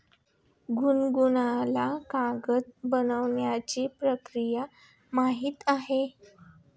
गुनगुनला कागद बनवण्याची प्रक्रिया माहीत आहे